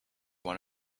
one